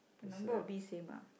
the number of bees same ah